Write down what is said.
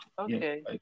Okay